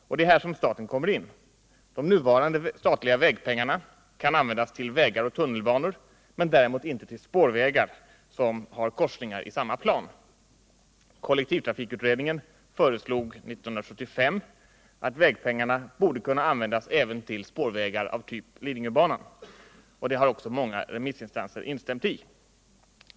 Och det är här som staten kommer in. De nuvarande statliga vägpengarna kan användas till vägar och tunnelbanor, men däremot inte till spårvägar som har korsningar i samma plan. Kollektivtrafikutredningen föreslog 1975 att vägpengarna skulle kunna användas även till spårvägar av typ Lidingöbanan, och det har också många remissinstanser instämt i.